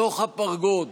בתוך הפרגוד